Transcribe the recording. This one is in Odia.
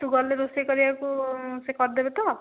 ତୁ ଗଲେ ରୋଷେଇ କରିବାକୁ ସେ କରିଦେବେ ତ